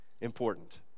important